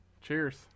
Cheers